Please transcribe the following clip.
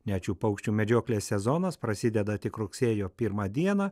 net šių paukščių medžioklės sezonas prasideda tik rugsėjo pirmą dieną